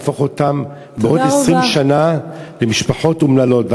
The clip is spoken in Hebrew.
להפוך אותן בעוד 20 שנה למשפחות אומללות.